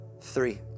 three